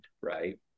right